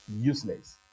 useless